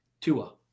Tua